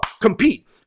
compete